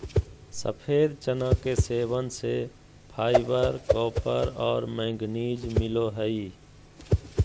सफ़ेद चना के सेवन से फाइबर, कॉपर और मैंगनीज मिलो हइ